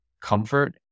comfort